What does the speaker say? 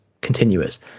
continuous